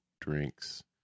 drinks